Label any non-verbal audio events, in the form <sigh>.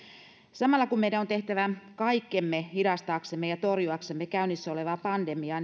samalla kun meidän on tehtävä kaikkemme hidastaaksemme ja torjuaksemme käynnissä oleva pandemiaa <unintelligible>